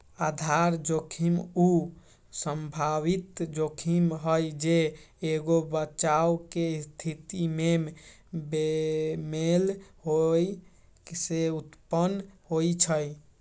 आधार जोखिम उ संभावित जोखिम हइ जे एगो बचाव के स्थिति में बेमेल होय से उत्पन्न होइ छइ